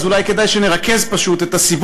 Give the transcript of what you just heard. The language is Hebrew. אולי כדאי שנרכז את הסיבות,